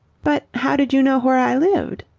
but how did you know where i lived?